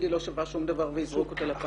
שהיא לא שווה שום דבר ויזרוק אותה לפח.